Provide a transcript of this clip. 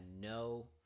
no